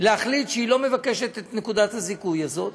להחליט שהיא לא מבקשת את נקודת הזיכוי הזאת.